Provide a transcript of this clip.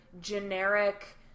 generic